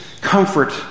comfort